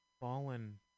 fallen